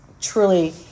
truly